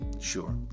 Sure